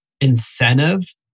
incentive